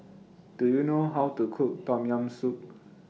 Do YOU know How to Cook Tom Yam Soup